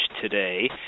today